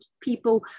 people